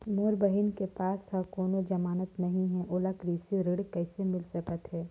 मोर बहिन के पास ह कोनो जमानत नहीं हे, ओला कृषि ऋण किसे मिल सकत हे?